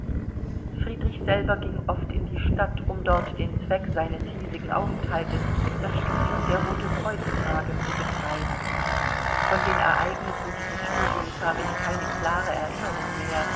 friedrich selber ging oft in die stadt um dort den zweck seines hiesigen aufenthaltes das studium der rote kreuz frage zu betreiben von den ergebnissen dieses studiums habe ich keine klare erinnerung mehr